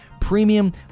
Premium